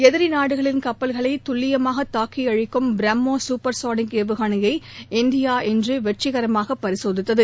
எதிரி நாடுகளின் கப்பல்களை துல்லியமாக தாக்கி அழிக்கும் பிரம்மோஸ் குப்பர் சானிக் ஏவுகணைய இந்தியா இன்று வெற்றிகரமாக பரிசோதித்தது